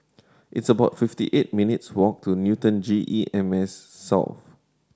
it's about fifty eight minutes' walk to Newton G E M S South